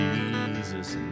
Jesus